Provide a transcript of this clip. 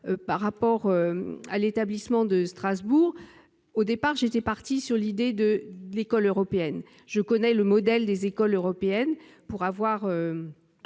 par rapport à l'établissement de Strasbourg. Au départ, j'étais partie sur l'idée de l'école européenne. Je connais ce modèle d'établissement pour en avoir